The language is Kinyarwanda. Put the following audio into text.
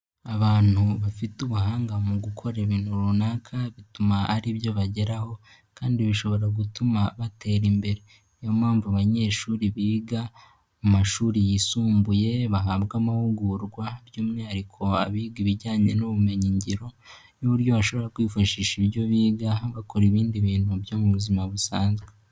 Abantu bafite ubuhanga mu gukora ibintu runaka bituma ari byo bageraho, kandi bishobora gutuma batera imbere . Niyo mpamvu abanyeshuri biga mu mashuri yisumbuye bahabwa amahugurwa by'umwihariko abiga ibijyanye n'ubumenyigiro, n'uburyo bashobora kwifashisha ibyo biga bakora ibindi bintu byo mu buzima busanzwe.